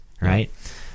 right